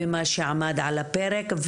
ממה שעמד על הפרק,